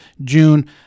June